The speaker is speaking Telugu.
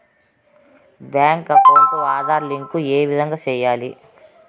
బ్యాంకు అకౌంట్ ఆధార్ లింకు ఏ విధంగా సెయ్యాలి?